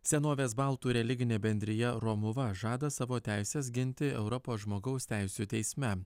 senovės baltų religinė bendrija romuva žada savo teises ginti europos žmogaus teisių teisme